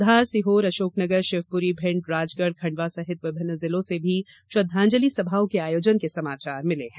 धार सीहोर अशोकनगर शिवपुरी भिण्ड राजगढ खंडवा सहित विभिन्न जिलों से भी श्रद्धांजलि सभाओं के आयोजन के समाचार मिले हैं